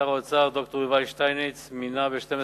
שר האוצר ד"ר יובל שטייניץ מינה ב-12